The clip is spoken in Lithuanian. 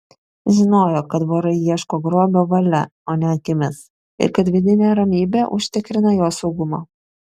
žinojo kad vorai ieško grobio valia o ne akimis ir kad vidinė ramybė užtikrina jo saugumą